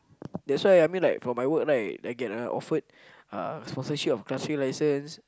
that's why I mean like for my work right I get a offered uh sponsorship of class three license